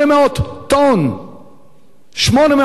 800 טון פירות וירקות.